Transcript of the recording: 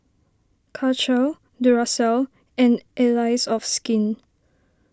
Karcher Duracell and Allies of Skin